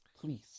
Please